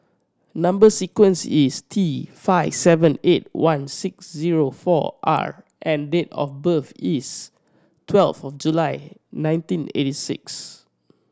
number sequence is T five seven eight one six zero four R and date of birth is twelve of July nineteen eighty six